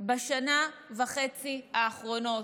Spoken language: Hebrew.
בשנה וחצי האחרונות,